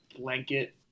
blanket